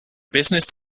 business